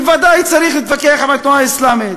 בוודאי צריך להתווכח עם התנועה האסלאמית,